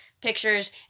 pictures